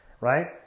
right